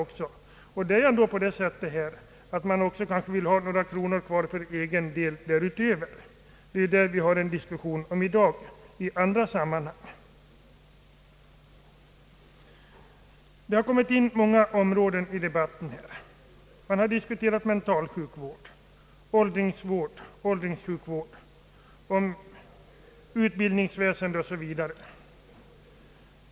Det är ju också på det sättet att man även vill ha några kronor kvar därutöver för egen del. Det är om detta man har en diskussion i dag i andra sammanhang. Det har kommit in många områden i debatten. Man har diskuterat mentalsjukvård, åldringsvård, åldringssjukvård, utbildningsväsende o. s. v.